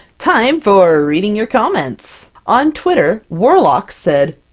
time for reading your comments! on twitter, warlock said,